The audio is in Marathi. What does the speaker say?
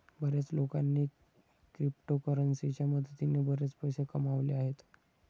बर्याच लोकांनी क्रिप्टोकरन्सीच्या मदतीने बरेच पैसे कमावले आहेत